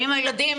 ואם הילדים